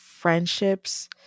friendships